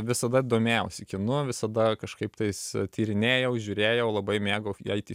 visada domėjausi kinu visada kažkaip tais tyrinėjau žiūrėjau labai mėgau eit į